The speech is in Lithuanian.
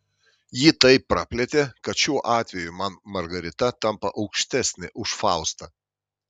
jį taip praplėtė kad šiuo atveju man margarita tampa aukštesnė už faustą